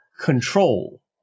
control